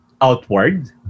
outward